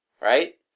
Right